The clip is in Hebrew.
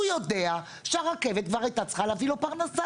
הוא יודע שהרכבת כבר הייתה צריכה להביא לו פרנסה.